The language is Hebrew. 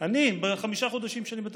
אני, בחמשת החודשים שאני בתפקיד,